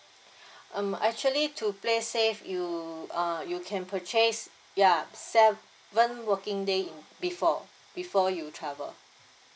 um actually to play safe you uh you can purchase yup seven working day in before before you travel